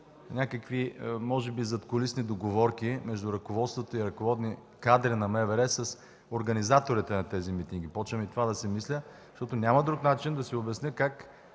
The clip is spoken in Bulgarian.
някакви задкулисни договорки между ръководствата и ръководни кадри на МВР с организаторите на тези митинги – почвам и това да си мисля – защото няма друг начин да се обясни защо